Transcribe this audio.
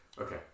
Okay